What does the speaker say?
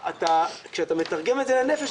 כשאתה מתרגם את זה לנפש,